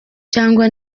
cyangwa